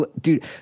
Dude